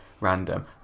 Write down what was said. random